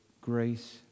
grace